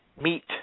meet